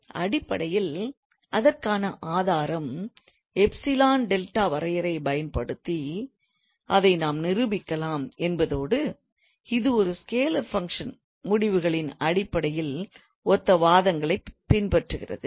அடிப்படையில் அதற்கான ஆதாரம் எப்சிலன் டெல்டா வரையறையைப் பயன்படுத்தி அதை நாம் நிரூபிக்கலாம் என்பதோடு இது ஒரு ஸ்கேலார் ஃபங்க்ஷன் Scalar function முடிவுகளின் அடிப்படையில் ஒத்த வாதங்களைப் பின்பற்றுகிறது